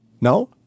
No